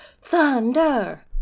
thunder